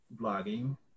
blogging